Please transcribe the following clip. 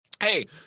hey